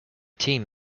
team